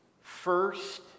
first